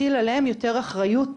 מטיל עליהם יותר אחריות,